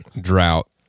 drought